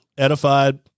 Edified